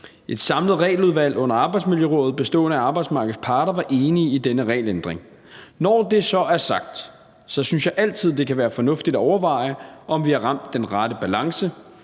Et samlet regeludvalg under Arbejdsmiljørådet bestående af arbejdsmarkedets parter var enig i denne regelændring. Når det så er sagt, synes jeg altid, det kan være fornuftigt at overveje, om vi har ramt den rette balance.